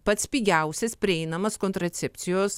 pats pigiausias prieinamas kontracepcijos